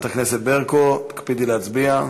חברת הכנסת ברקו, הקפידי להצביע.